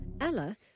Ella